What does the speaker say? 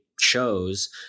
shows